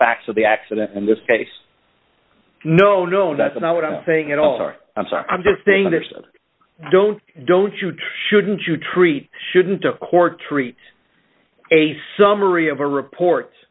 facts of the accident in this case no no no that's not what i'm saying at all sorry i'm sorry i'm just saying that don't don't you to shouldn't you treat shouldn't a court treat a summary of a reports